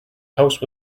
house